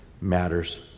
matters